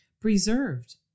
Preserved